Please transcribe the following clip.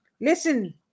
Listen